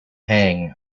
hang